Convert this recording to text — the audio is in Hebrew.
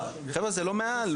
חבר'ה, זה לא מעל.